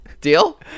Deal